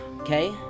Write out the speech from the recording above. Okay